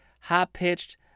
high-pitched